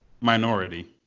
Minority